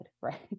right